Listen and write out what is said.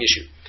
issue